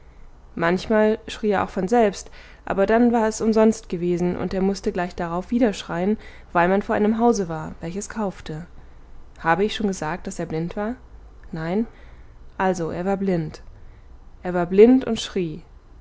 manchmal schrie er auch von selbst aber dann war es umsonst gewesen und er mußte gleich darauf wieder schreien weil man vor einem hause war welches kaufte habe ich schon gesagt daß er blind war nein also er war blind er war blind und schrie